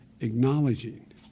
Acknowledging